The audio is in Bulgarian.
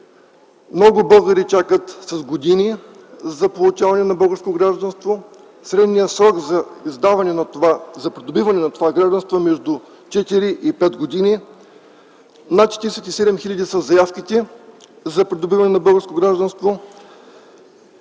много българи чакат с години за получаване на българско гражданство. Средният срок за придобиване на това гражданство е между 4 и 5 години. Заявките за придобиване на българско гражданство